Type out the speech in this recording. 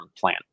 plan